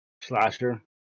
Slasher